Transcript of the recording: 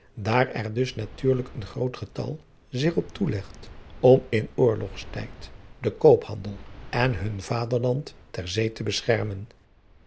daar er dus natuurlijk een groot getal zich op toelegt om in oorlogstijd den oophandel en hun aderland ter zee te beschermen